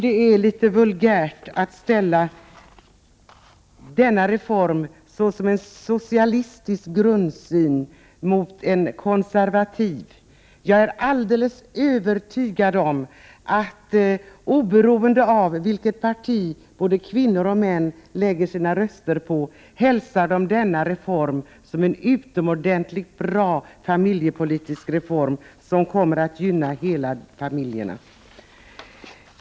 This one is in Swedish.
Det är litet vulgärt att säga att denna reform är uttryck för en socialistisk grundsyn och ställa denna mot en konservativ. Jag är helt övertygad om att både kvinnor och män, oberoende av vilket parti de lägger sina röster på, hälsar denna reform som en utomordentligt bra familjepolitisk reform som kommer att gynna hela familjerna.